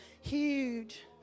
huge